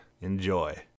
Enjoy